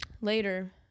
later